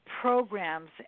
programs